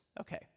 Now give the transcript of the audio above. Okay